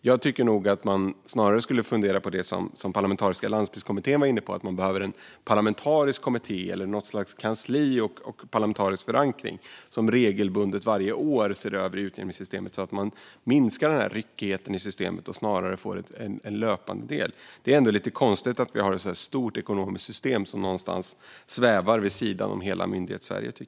Jag tycker att man snarare skulle fundera på det som Parlamentariska landsbygdskommittén var inne på, nämligen att det behövs en parlamentarisk kommitté eller något slags kansli med parlamentarisk förankring som regelbundet, varje år, ser över utjämningssystemet så att man minskar ryckigheten i systemet och i stället får en löpande del. Det är lite konstigt att vi har ett stort ekonomiskt system som svävar någonstans vid sidan av hela Myndighetssverige.